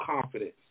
confidence